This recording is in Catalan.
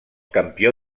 campió